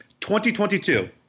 2022